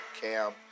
Cam